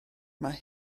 mae